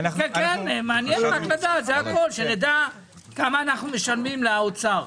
מעניין רק לדעת כמה אנחנו משלמים לאוצר.